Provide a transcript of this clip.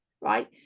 right